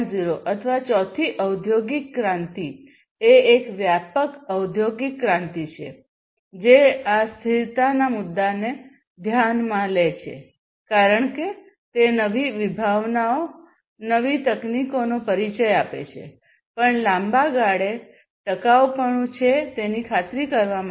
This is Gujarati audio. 0 અથવા ચોથી ઔદ્યોગિક ક્રાંતિ એ એક વ્યાપક ઔદ્યોગિક ક્રાંતિ છે જે આ સ્થિરતાના મુદ્દાને ધ્યાનમાં લે છે કારણ કે તે નવી વિભાવનાઓ નવી તકનીકોનો પરિચય આપે છે પણ લાંબા ગાળે ટકાઉપણું છે તેની ખાતરી કરવા માટે